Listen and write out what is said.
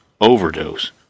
overdose